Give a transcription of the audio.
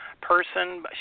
person